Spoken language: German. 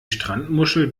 strandmuschel